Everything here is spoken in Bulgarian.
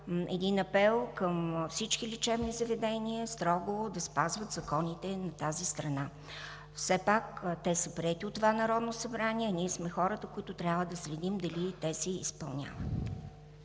един апел към всички лечебни заведения строго да спазват законите на тази страна! Все пак те са приети от това Народно събрание – ние сме хората, които трябва да следим дали те се изпълняват.